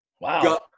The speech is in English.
wow